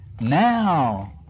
now